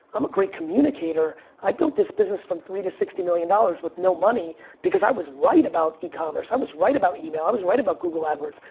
i'm a great communicator, i built this business from three to sixty million dollars with no money because i was right about ecommerce, i was right about email, i was right about google adwords.